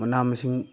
ꯃꯅꯥ ꯃꯁꯤꯡ